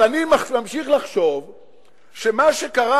אז אני ממשיך לחשוב שמה שקרה,